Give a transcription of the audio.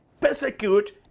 persecute